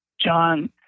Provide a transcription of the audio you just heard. John